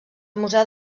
museu